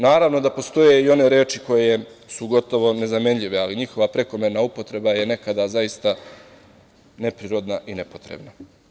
Naravno da postoje i one reči koje su gotovo nezamenjive, ali njihova prekomerna upotreba je nekada zaista neprirodna i nepotrebna.